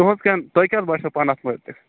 تُہٕنٛز کیٛاہ تۅہہِ کیٛاہ باسیٚو پانہٕ اَتھ مُتعلق